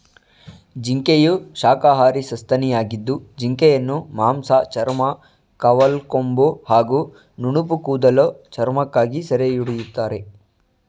ಜಿಂಕೆಯು ಶಾಖಾಹಾರಿ ಸಸ್ತನಿಯಾಗಿದ್ದು ಜಿಂಕೆಯನ್ನು ಮಾಂಸ ಚರ್ಮ ಕವಲ್ಕೊಂಬು ಹಾಗೂ ನುಣುಪುಕೂದಲ ಚರ್ಮಕ್ಕಾಗಿ ಸೆರೆಹಿಡಿತಾರೆ